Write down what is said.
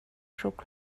hruk